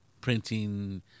printing